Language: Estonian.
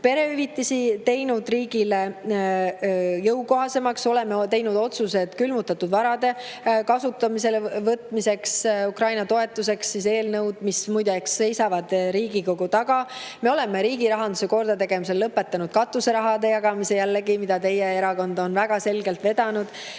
perehüvitisi teinud riigile jõukohasemaks, oleme teinud otsuse külmutatud varade kasutamisele võtmiseks Ukraina toetuseks – need eelnõud seisavad muide Riigikogu taga. Me oleme riigi rahanduse kordategemisel lõpetanud katuserahade jagamise. Jällegi, teie erakond on väga selgelt vedanud